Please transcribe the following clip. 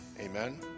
Amen